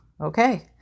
okay